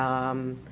um,